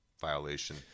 violation